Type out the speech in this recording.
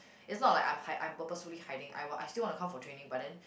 it's not like I'm hi~ I'm purposefully hiding I want I still want to come for training but then